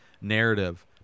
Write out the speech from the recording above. narrative